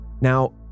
Now